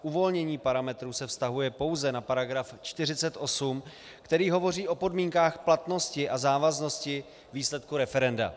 Uvolnění parametrů se vztahuje pouze na § 48, který hovoří o podmínkách platnosti a závaznosti výsledku referenda.